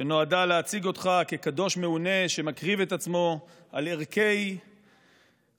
שנועדה להציג אותך כקדוש מעונה שמקריב את עצמו על ערכי הדמוקרטיה,